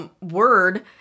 word